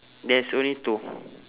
there's only two